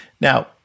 now